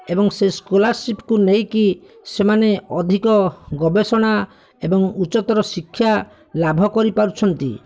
ଏବଂ ସେ ସ୍କୋଲାର୍ସିପ୍କୁ ନେଇକି ସେମାନେ ଅଧିକ ଗବେଷଣା ଏବଂ ଉଚ୍ଚତର ଶିକ୍ଷା ଲାଭ କରିପାରୁଛନ୍ତି